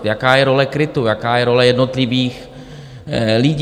Jaká je role KRIT, jaká je role jednotlivých lidí?